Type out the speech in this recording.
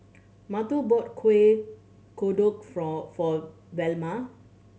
Matteo bought Kueh Kodok from for Velma